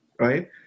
right